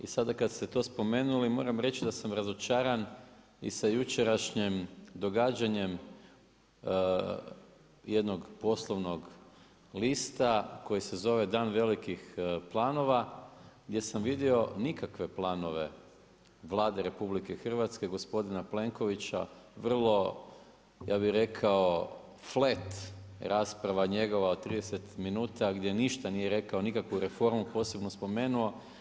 I sada kada ste to spomenuli moram reći da sam razočaran i sa jučerašnjim događanjem jednog poslovnog lista koji se zove „Dan velikih planova“ gdje sam vidio nikakve plane Vlade RH gospodina Plenkovića vrlo ja bi rekao flet rasprava njegova o 30 minuta gdje ništa nije rekao nikakvu reformu posebno spomenuo.